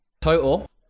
Total